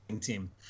team